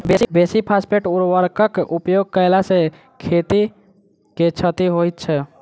बेसी फास्फेट उर्वरकक उपयोग कयला सॅ खेत के क्षति होइत छै